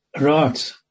right